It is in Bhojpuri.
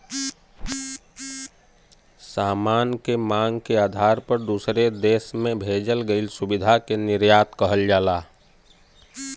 सामान के मांग के आधार पर दूसरे देश में भेजल गइल सुविधा के निर्यात कहल जाला